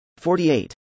48